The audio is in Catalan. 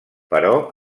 però